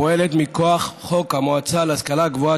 הפועלת מכוח חוק המועצה להשכלה גבוהה,